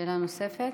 שאלה נוספת?